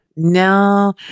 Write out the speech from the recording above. No